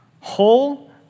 whole